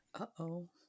Uh-oh